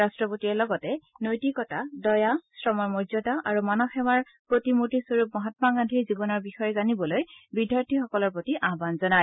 ৰাষ্ট্ৰপতিয়ে লগতে নৈতিকতা দয়া শ্ৰমৰ মৰ্যাদা আৰু মানৱ সেৱাৰ প্ৰতিমুৰ্তিস্বৰূপ মহামা গান্ধীৰ জীৱনৰ বিষয়ে জানিবলৈ বিদ্যাৰ্থীসকলৰ প্ৰতি আহান জনায়